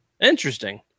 Interesting